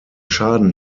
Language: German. schaden